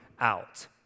out